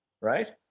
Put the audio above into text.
right